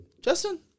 Justin